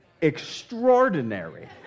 extraordinary